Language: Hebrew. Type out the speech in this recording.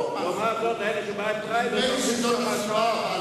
לעומת זאת אלה שבאים, אתה יודע,